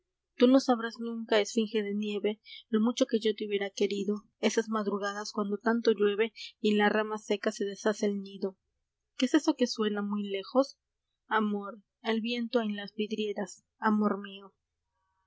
tú no sabrás nunca esfinge de nieve lo mucho que yo te hubiera querido esas madrugadas cuando tanto llueve y en la rama seca se deshace el nido qué es eso que suena muy lejos amor el viento en las vidrieras amor mío